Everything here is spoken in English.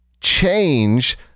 change